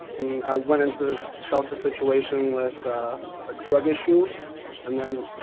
and i went in to the shelter situation with a drug issue and then,